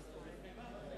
נתקבל.